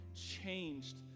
changed